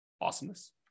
Awesomeness